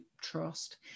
trust